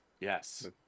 Yes